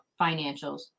financials